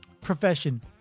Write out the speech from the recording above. profession